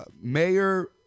mayor